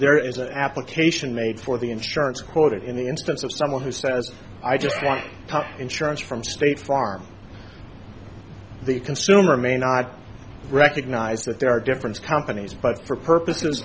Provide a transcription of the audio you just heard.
there is an application made for the insurance quote it in the instance of someone who says i just want insurance from state farm the consumer may not recognize that there are different companies but for purposes